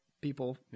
people